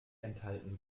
enthalten